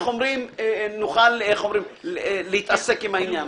נוכל להתעסק עם זה.